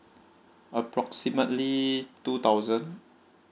approximately two thousand